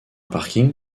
parking